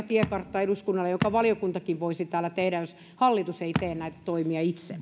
tiekartta jonka valiokuntakin voisi täällä tehdä jos hallitus ei tee näitä toimia itse